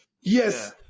Yes